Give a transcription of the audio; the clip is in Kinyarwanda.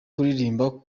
kuririmba